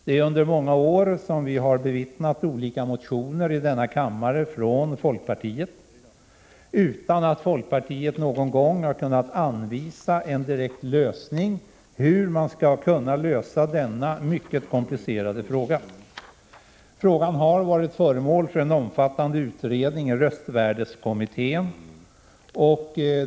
Vi har under många år bevittnat att folkpartiet har väckt olika motioner härom i denna kammare, utan att folkpartiet någon gång har kunnat anvisa någon direkt lösning av denna mycket komplicerade fråga. Den har varit föremål för en omfattande utredning i röstvärdeskommittén.